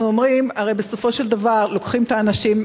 הרי בסופו של דבר לוקחים את האנשים,